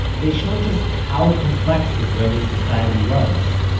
they showed just how complex israeli society was.